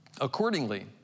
Accordingly